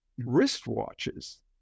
wristwatches